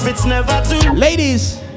Ladies